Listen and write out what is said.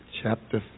chapter